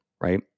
right